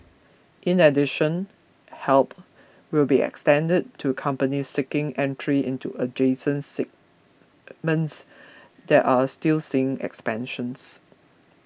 in addition help will be extended to companies seeking entry into adjacent segments that are still seeing expansions